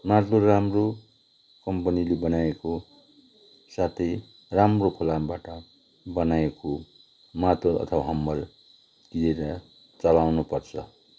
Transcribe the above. मार्तोल राम्रो कम्पनीले बनाएको साथै राम्रो फलामबाट बनाएको मार्तोल अथवा हाम्मर लिएर चलाउनु पर्छ